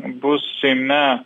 bus seime